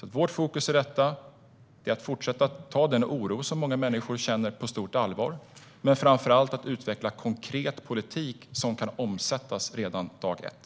Vårt fokus i detta är alltså att fortsätta att ta den oro som många människor känner på stort allvar, men framför allt att utveckla konkret politik som kan omsättas redan från dag ett.